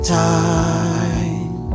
time